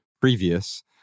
previous